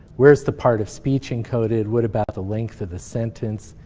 where's the part of speech encoded? what about the length of the sentence?